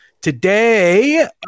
Today